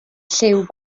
lliw